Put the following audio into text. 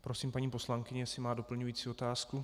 Prosím paní poslankyni, jestli má doplňující otázku?